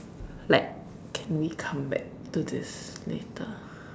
like can we come back to this later